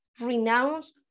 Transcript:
renounce